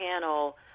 panel